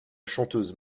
chanteuse